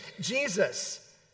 Jesus